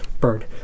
bird